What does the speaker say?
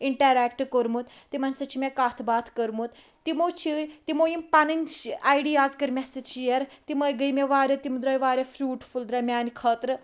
interact کوٚرمُت تِمَن سۭتۍ چھِ مےٚ کتھ باتھ کٔرمُت تمو چھِ تمو یم پَنٕنۍ آیڑیاز کٔر مےٚ سۭتۍ شیر تمے گٔے مےٚ واریاہ تِم درٲے واریاہ فروٗٹفُل درٲے میانہِ خٲطرٕ